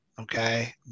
Okay